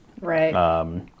Right